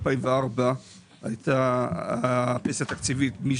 הייתה פנסיה תקציבית,